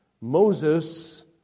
Moses